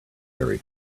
very